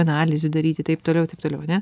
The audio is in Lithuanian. analizių daryti taip toliau taip toliau ane